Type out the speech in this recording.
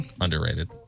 Underrated